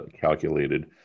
calculated